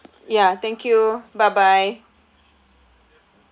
ya thank you bye bye